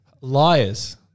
Liars